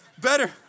Better